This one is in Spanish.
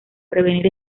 prevenir